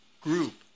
group